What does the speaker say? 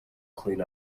clean